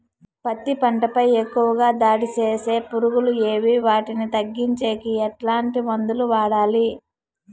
పత్తి పంట పై ఎక్కువగా దాడి సేసే పులుగులు ఏవి వాటిని తగ్గించేకి ఎట్లాంటి మందులు వాడాలి?